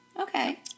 okay